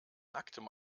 nacktem